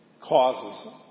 causes